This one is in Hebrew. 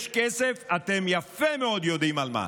יש כסף אתם יפה מאוד יודעים למה,